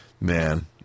man